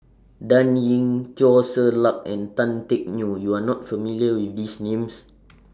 Dan Ying Teo Ser Luck and Tan Teck Neo YOU Are not familiar with These Names